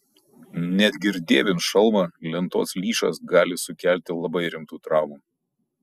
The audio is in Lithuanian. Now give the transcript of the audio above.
netgi ir dėvint šalmą lentos lyšas gali sukelti labai rimtų traumų